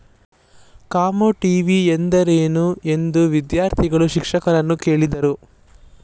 Commodity money ಎಂದರೇನು? ಎಂದು ವಿದ್ಯಾರ್ಥಿಗಳು ಶಿಕ್ಷಕರನ್ನು ಕೇಳಿದರು